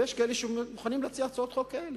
יש כאלה שמוכנים להציע הצעות חוק כאלה,